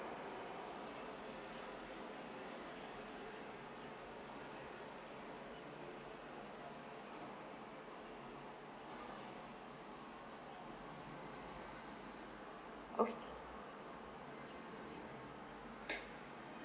okay